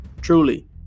truly